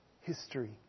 history